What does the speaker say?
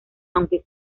aunque